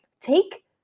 Take